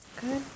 Good